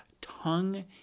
tongue